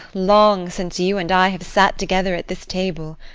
long, since you and i have sat together at this table.